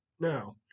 Now